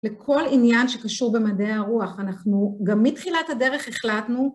לכל עניין שקשור במדעי הרוח, אנחנו גם מתחילת הדרך החלטנו...